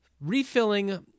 Refilling